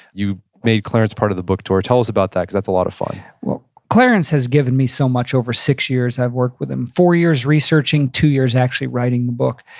you made clarence part of the book tour. tell us about that cause that's a lot of fun clarence has given me so much over six years i've worked with him. four years researching, two years actually writing the book.